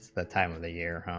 the time ah the year,